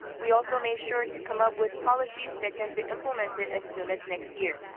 we also made sure to come up with policies that can be implemented as soon as next year.